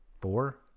four